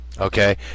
okay